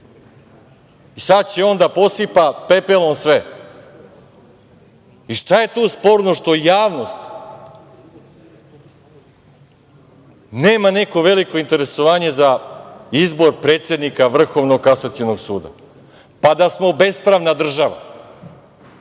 Sad će on da posipa pepelom sve. Šta je tu sporno što javnost nema neko veliko interesovanje za izbor predsednika Vrhovnog kasacionog suda? Da smo bespravna država,